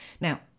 Now